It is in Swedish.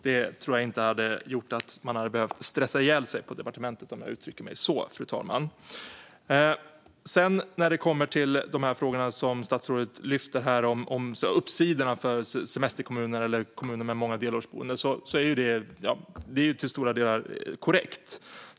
Det tror jag inte hade gjort att man behövt stressa ihjäl sig på departementet om jag uttrycker mig så, fru talman. När det gäller frågorna som statsrådet lyfter fram om fördelarna för semesterkommuner eller kommuner med många delårsboende är det till stora delar korrekt.